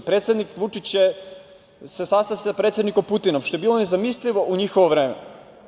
Predsednik Aleksandar Vučić se sastao sa predsednikom Putinom, što je bilo nezamislivo u njihovo vreme.